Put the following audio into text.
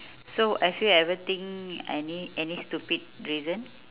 so have you ever think any any stupid reason